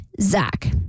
Zach